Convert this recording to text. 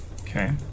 Okay